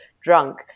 drunk